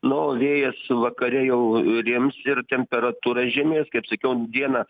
na o vėjas vakare jau rims ir temperatūra žemės kaip sakiau dieną